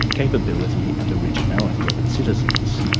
capability and originality of its citizens.